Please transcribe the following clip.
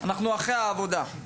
אנחנו אחרי העבודה?